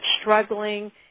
struggling